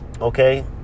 okay